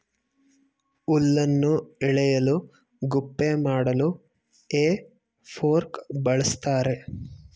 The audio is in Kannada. ಹುಲ್ಲನ್ನು ಎಳೆಯಲು ಗುಪ್ಪೆ ಮಾಡಲು ಹೇ ಫೋರ್ಕ್ ಬಳ್ಸತ್ತರೆ